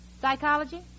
Psychology